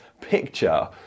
picture